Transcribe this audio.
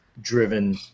driven